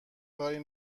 کاری